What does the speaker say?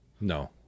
No